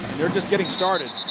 they're just getting started.